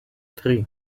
tri